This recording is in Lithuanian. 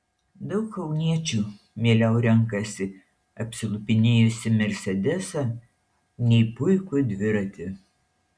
daug kauniečių mieliau renkasi apsilupinėjusį mersedesą nei puikų dviratį